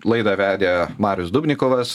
laidą vedė marius dubnikovas